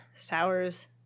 Sours